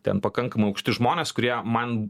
ten pakankamai aukšti žmonės kurie man